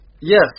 Yes